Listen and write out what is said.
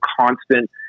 constant